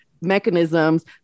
mechanisms